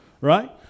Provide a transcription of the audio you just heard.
Right